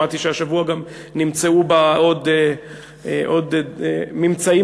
שמעתי שהשבוע גם נמצאו בה עוד ממצאים